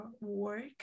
work